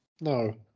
No